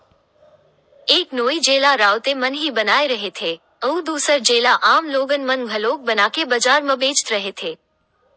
एक नोई जेला राउते मन ही बनाए रहिथे, अउ दूसर जेला आम लोगन मन घलोक बनाके बजार म बेचत रहिथे